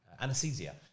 Anesthesia